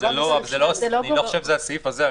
אני לא חושב שזה הסעיף הזה.